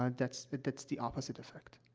ah that's but that's the opposite effect.